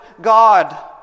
God